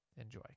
Enjoy